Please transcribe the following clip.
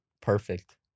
Perfect